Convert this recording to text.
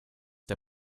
der